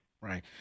right